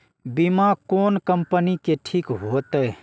बीमा कोन कम्पनी के ठीक होते?